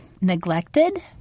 neglected